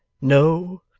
no,